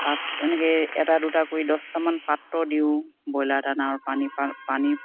পাত্ৰ এনেকে এটা দুটা কৰি দছটামান পাত্ৰ দিওঁ ব্ৰইলাৰ দানাৰ পানী